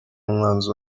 umwanzi